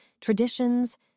traditions